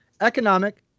economic